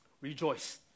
rejoice